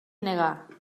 negar